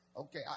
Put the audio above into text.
Okay